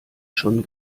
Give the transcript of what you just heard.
schon